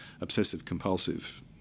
obsessive-compulsive